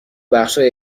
بخشهای